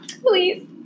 please